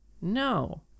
No